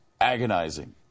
agonizing